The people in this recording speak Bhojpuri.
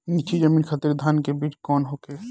नीची जमीन खातिर धान के बीज कौन होखे?